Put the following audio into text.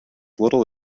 little